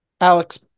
Alex